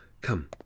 Come